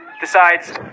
decides